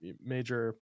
major